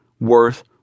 worth